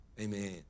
Amen